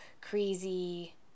crazy